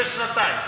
לפני שנתיים.